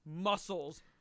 muscles